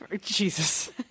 jesus